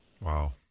Wow